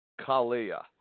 Kalia